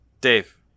Dave